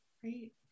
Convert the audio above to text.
great